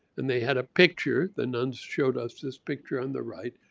and they had a picture, the nuns showed us this picture on the right,